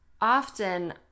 often